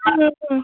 হুম হুম